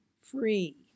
free